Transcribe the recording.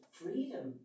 freedom